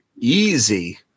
easy